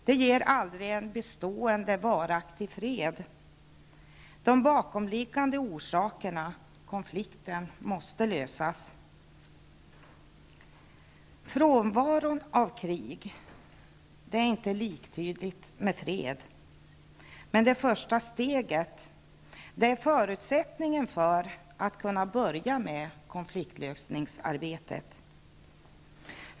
Det ger aldrig en bestående varaktig fred. Det bakomliggande problemet, konflikten, måste lösas. Frånvaron av krig är inte liktydigt med fred, men det är ett första steg och förutsättningen för att man skall kunna ta itu med konfliktlösningsarbetet.